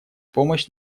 помощь